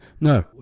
No